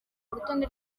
urutonde